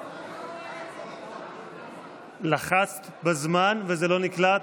סליחה, סליחה, לחצת בזמן וזה לא נקלט?